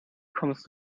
kommst